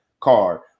card